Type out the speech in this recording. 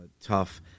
tough